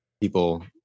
people